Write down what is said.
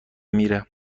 میره